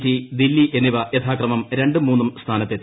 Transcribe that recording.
T Delhi എന്നിവ യഥാക്രമം രണ്ടും മൂന്നും സ്ഥാനത്തെത്തി